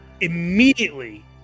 immediately